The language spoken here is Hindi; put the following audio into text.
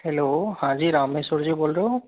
हैलो हाँ जी रामेश्वर जी बोल रहे हो